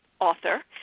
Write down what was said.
author